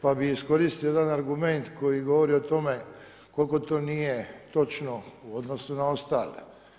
Pa bi iskoristio jedan dokument koji govori o tome koliko to nije točno u odnosu na ostale.